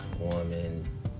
woman